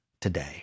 today